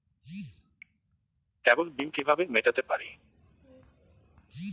কেবল bill কিভাবে মেটাতে পারি?